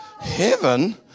heaven